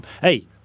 hey